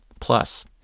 Plus